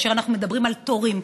כאשר אנחנו מדברים על תורים,